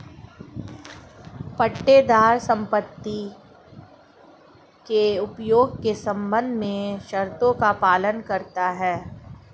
पट्टेदार संपत्ति के उपयोग के संबंध में शर्तों का पालन करता हैं